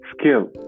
skill